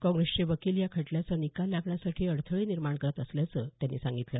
काँग्रेसचे वकील या खटल्याचा निकाल लागण्यासाठी अडथळे निर्माण करत आहेत असं त्यांनी सांगितलं